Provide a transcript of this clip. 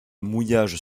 mouillage